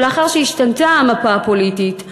ולאחר שהשתנתה המפה הפוליטית,